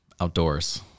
Outdoors